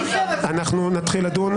אנחנו נתחיל לדון.